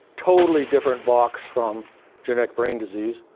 totally different box from genetic brain disease,